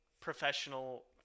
professional